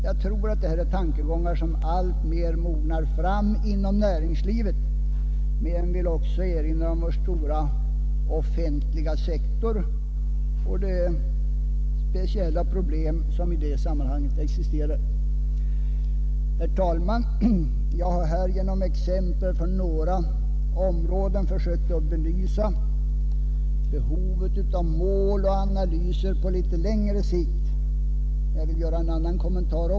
Jag tror att detta är tankegångar som alltmer har mognat fram inom näringslivet, men jag vill även erinra om vår stora offentliga sektor och de speciella problem som i detta sammanhang existerar inom denna. Herr talman! Jag har här genom exempel från några områden försökt belysa behovet av mål och analyser på litet längre sikt. Jag vill även göra en annan kommentar.